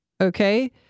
okay